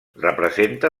representa